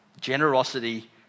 generosity